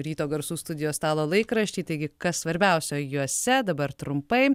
ryto garsų studijos stalo laikraščiai taigi kas svarbiausia juose dabar trumpai